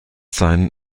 sein